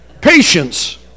patience